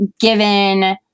given